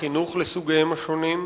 מוסדות החינוך לסוגיהם השונים,